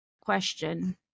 question